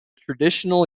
traditional